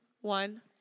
one